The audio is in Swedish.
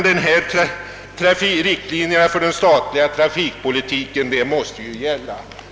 Det är riktlinjerna för den statliga trafikpolitiken som måste gälla.